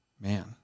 Man